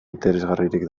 interesgarririk